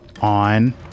on